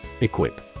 Equip